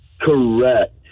Correct